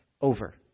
over